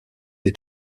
des